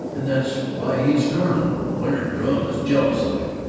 and that's why he's colonel. clarence drum is jealous of him.